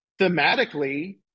thematically